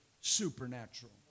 supernatural